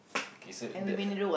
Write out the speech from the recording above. okay so that